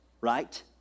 Right